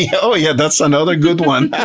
yeah oh yeah, that's another good one.